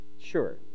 Sure